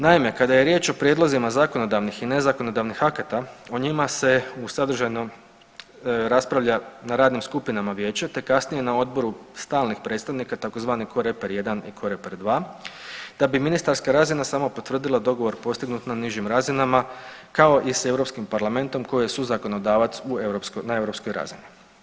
Naime kada je riječ o prijedlozima zakonodavnih i nezakonodavnih akata o njima se u sadržajno raspravlja na radnim skupinama Vijeća te kasnije na Odboru stalnih predstavnika tzv. koreper 1 i koreper 2 da bi ministarska razina samo potvrdila dogovor postignut na nižim razinama kao i s Europskim parlamentom koji je suzakonodavac na europskoj razini.